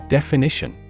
Definition